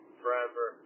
forever